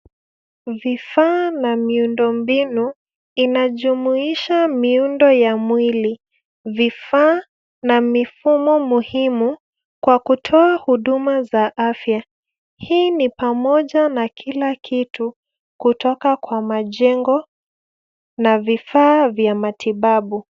Vifaa na miundombinu inajumuisha miundo ya mwili . Vifaa na mifumo muhimu kwa kutoa huduma za afya. Hii ni pamoja na kila kitu kutoka kwa majengo na vifaa vya matibabu.